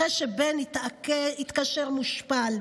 אחרי שבן התקשר מושפל,